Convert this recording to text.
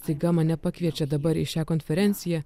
staiga mane pakviečia dabar į šią konferenciją